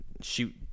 shoot